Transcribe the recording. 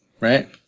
Right